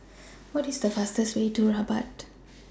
What IS The fastest Way to Rabat